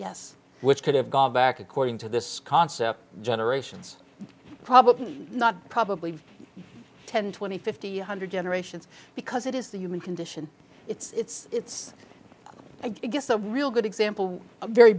yes which could have gone back according to this concept generations probably not probably ten twenty fifty one hundred generations because it is the human condition it's i guess a real good example a very